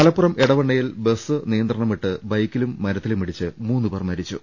മലപ്പുറം എടവണ്ണയിൽ ബസ് നിയന്ത്രണം വിട്ട് ബൈക്കിലും മരത്തിലുമിടിച്ച് മൂന്നുപേർ മരിച്ചു